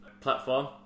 platform